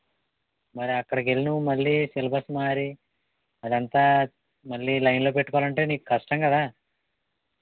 మరి అక్కడికి వెళ్ళి నువ్వు మళ్ళీ సిలబస్ మారి అదంతా మళ్ళీ లైన్లో పెట్టుకోవాలి అంటే నీకు కష్టం కదా